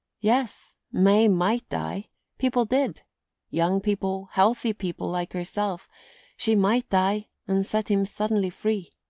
yes, may might die people did young people, healthy people like herself she might die, and set him suddenly free.